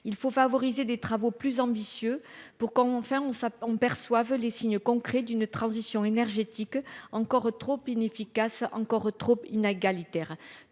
il faut favoriser des travaux plus ambitieux pour qu'enfin on on perçoit les signes concrets d'une transition énergétique encore trop inefficace encore trop inégalitaire 3